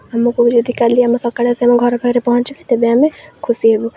ଆମକୁ ଯଦି କାଲି ଆମ ସକାଳେ ଆସି ଆମ ଘର ପାଖରେ ପହଞ୍ଚିବେ ତେବେ ଆମେ ଖୁସି ହେବୁ